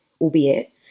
albeit